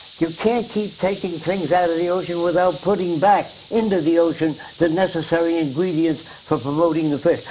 you can't keep taking things out of the ocean without putting back into the ocean the necessary ingredients for promoting the fish.